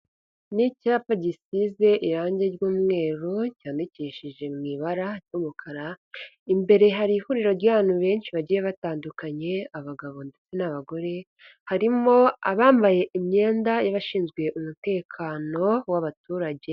Ni icyapa gisize irange ry'umweru, cyandikishije mu ibara ry'umukara, imbere hari ihuriro ry'abantu benshi bagiye batandukanye; abagabo ndetse n'abagore, harimo abambaye imyenda y'abashinzwe umutekano w'abaturage.